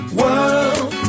world